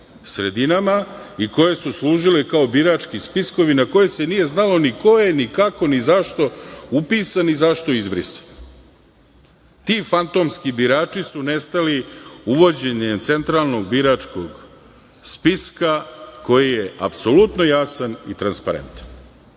sredinama i koje su služile kao birački spiskovi na koje se nije znalo ni koje, ni kako, ni zašto upisan i zašto izbrisan. Ti fantomski birači su nestali uvođenjem Centralnog biračkog spiska koji je apsolutno jasan i transparentan.